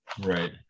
Right